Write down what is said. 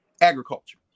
Agriculture